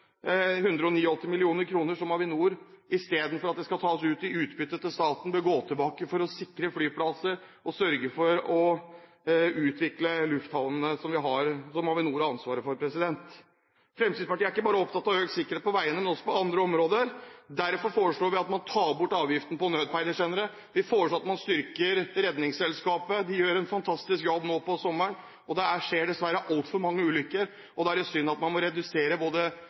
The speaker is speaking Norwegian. at det skal tas ut i utbytte, bør staten tilbakeføre dette for å sikre flyplasser og sørge for å utvikle lufthavnene som Avinor har ansvaret for. Fremskrittspartiet er ikke bare opptatt av økt sikkerhet på veiene, men også på andre områder. Derfor foreslår vi at man tar bort avgiften på nødpeilesendere. Vi foreslår at man styrker Redningsselskapet. De gjør en fantastisk jobb nå på sommeren. Det skjer dessverre altfor mange ulykker, og da er det synd at man må redusere både